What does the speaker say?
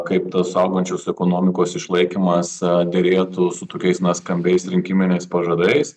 kaip tos augančios ekonomikos išlaikymas derėtų su tokiais skambiais rinkiminiais pažadais